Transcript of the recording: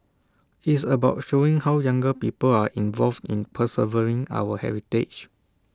it's about showing how younger people are involved in preserving our heritage